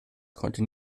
konnte